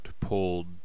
pulled